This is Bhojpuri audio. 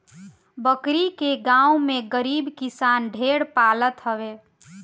बकरी के गांव में गरीब किसान ढेर पालत हवे